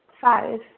five